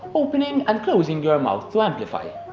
opening and closing your mouth to amplify!